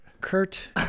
Kurt